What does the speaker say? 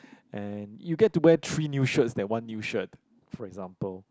and you get to wear three new shirts than one new shirt for example